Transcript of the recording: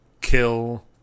Kill